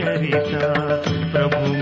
Prabhu